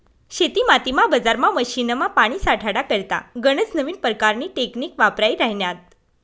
शेतीमातीमा, बजारमा, मशीनमा, पानी साठाडा करता गनज नवीन परकारनी टेकनीक वापरायी राह्यन्यात